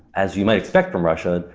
as you might expect from russia,